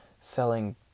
selling